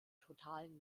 totalen